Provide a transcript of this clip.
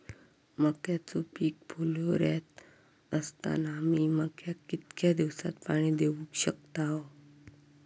मक्याचो पीक फुलोऱ्यात असताना मी मक्याक कितक्या दिवसात पाणी देऊक शकताव?